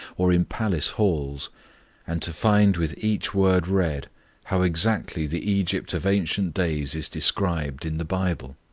or in palace halls and to find with each word read how exactly the egypt of ancient days is described in the bible!